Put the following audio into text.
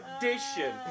Tradition